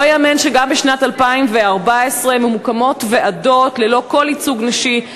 לא ייאמן שגם בשנת 2014 מוקמות ועדות ללא כל ייצוג נשי,